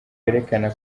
werekana